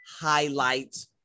highlight